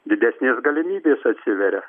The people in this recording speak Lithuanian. didesnės galimybės atsiveria